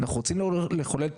אנחנו רוצים לחולל תחרות,